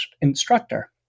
instructor